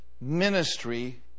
ministry